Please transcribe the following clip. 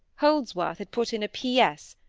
holdsworth had put in a p s,